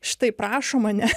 šitaip prašoma ne